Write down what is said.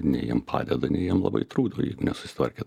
nei jam padeda nei jam labai trukdo jei nesusitvarkė